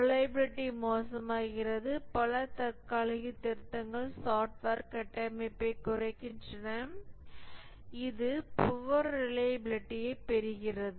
reliability மோசமாகிறது பல தற்காலிக திருத்தங்கள் சாப்ட்வேர் கட்டமைப்பைக் குறைக்கின்றன இது புவர் ரிலையபிலிடியைப் பெறுகிறது